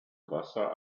wasser